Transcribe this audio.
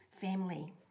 family